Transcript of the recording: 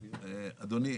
אדוני,